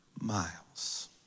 miles